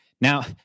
Now